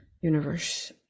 universe